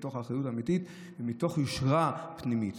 מתוך אחריות אמיתית ומתוך יושרה פנימית.